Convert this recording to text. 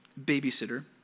babysitter